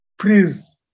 Please